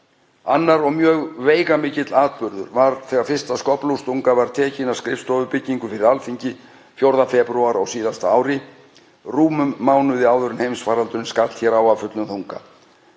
Annar og mjög veigamikill atburður varð þegar fyrsta skóflustunga var tekin að skrifstofubyggingu fyrir Alþingi 4. febrúar á síðasta ári, rúmum mánuði áður en heimsfaraldur skall á af fullum þunga.